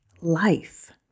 life